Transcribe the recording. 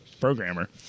programmer